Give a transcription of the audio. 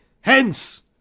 hence